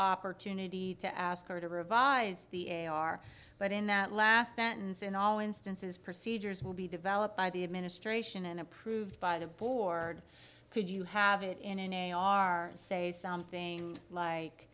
opportunity to ask her to revise the a r but in that last sentence in all instances procedures will be developed by the administration and approved by the board could you have it in an essay on our say something like